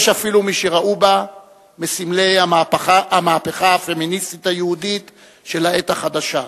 יש אפילו מי שראו בה מסמלי המהפכה הפמיניסטית היהודית של העת החדשה.